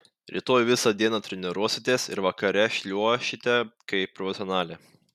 rytoj visą dieną treniruositės ir vakare šliuošite kaip profesionalė